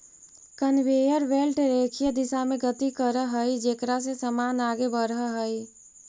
conveyor belt रेखीय दिशा में गति करऽ हई जेकरा से समान आगे बढ़ऽ हई